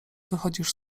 wychodzisz